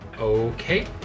okay